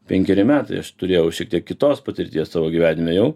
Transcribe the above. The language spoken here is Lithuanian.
penkeri metai aš turėjau šiek tiek kitos patirties savo gyvenime jau